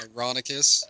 Ironicus